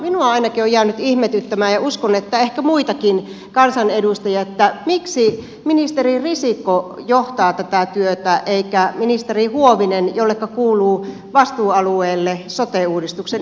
minua ainakin on jäänyt ihmetyttämään ja uskon että ehkä muitakin kansanedustajia miksi ministeri risikko johtaa tätä työtä eikä ministeri huovinen jonka vastuualueelle kuuluu sote uudistuksen eteenpäinvieminen